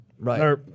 Right